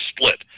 split